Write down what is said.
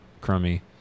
crummy